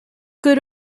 good